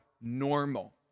normal